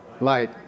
Light